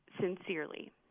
sincerely